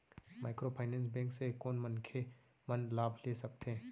Microfinance bank से कोन मनखे मन लाभ ले सकथे?